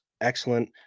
excellent